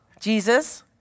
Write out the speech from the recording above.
Jesus